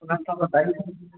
रास्ता बता दीजिए